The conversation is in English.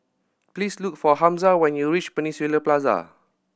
please look for Hamza when you reach Peninsula Plaza